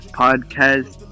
podcast